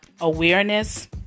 awareness